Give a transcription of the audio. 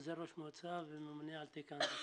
עוזר ראש המועצה וממונה על תיק ההנדסה במועצה.